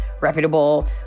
reputable